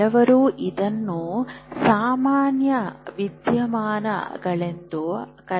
ಕೆಲವರು ಇದನ್ನು ಸಾಮಾನ್ಯ ವಿದ್ಯಮಾನಗಳೆಂದು ಕರೆಯಬಹುದು